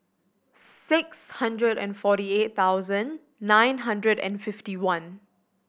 six hundred and forty eight thousand nine hundred and fifty one